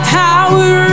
power